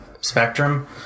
spectrum